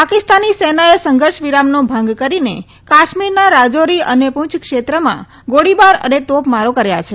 પાકિસ્તાની સેનાએ સંઘર્ષવિરામનો ભંંગ કરીને કાશ્મીરના રાજારી અને પૂંચ ક્ષેત્રમાં ગોળીબાર અને તોપમારો કર્યા છે